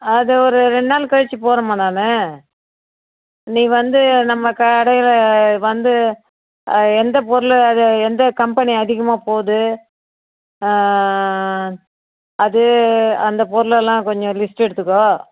அது ஒரு ரெண்டு நாள் கழிச்சு போகறேம்மா நான் நீ வந்து நம்ம கடையில் வந்து எந்த பொருள் அது எந்த கம்பெனி அதிகமாக போகுது அது அந்த பொருள் எல்லாம் கொஞ்சம் லிஸ்ட் எடுத்துக்கோ